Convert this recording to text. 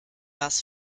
las